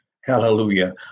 hallelujah